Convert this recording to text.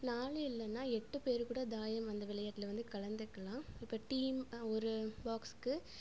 நாலு இல்லைனா எட்டு பேர் கூட தாயம் அந்த விளையாட்ல வந்து கலந்துக்கலாம் இப்போ டீம் ஒரு பாக்ஸுக்கு